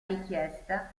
richiesta